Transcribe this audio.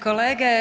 kolege.